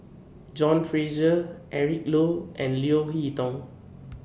John Fraser Eric Low and Leo Hee Tong